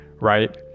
right